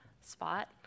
spot